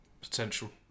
potential